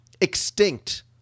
extinct